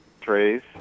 trays